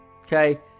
Okay